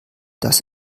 das